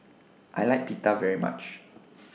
I like Pita very much